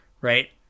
Right